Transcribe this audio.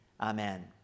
Amen